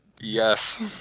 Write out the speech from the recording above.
Yes